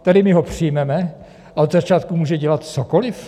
Tady my ho přijmeme a od začátku může dělat cokoliv?